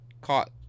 caught